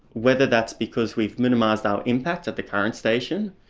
whether that's because we've minimised our impact at the current station,